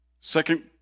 Second